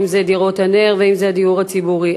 אם דירות נ"ר ואם הדיור הציבורי.